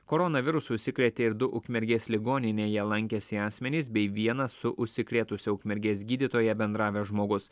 korona virusu užsikrėtė ir du ukmergės ligoninėje lankęsi asmenys bei viena su užsikrėtusia ukmergės gydytoja bendravęs žmogus